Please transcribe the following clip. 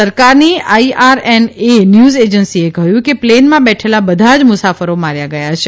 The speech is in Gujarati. સરકારની આઇઆરએનએ ન્યૂઝ એજન્સીએ કહ્યું કે પ્લેનમાં બેઠેલા બધા જ મ્રસાફરી માર્યા ગયા છે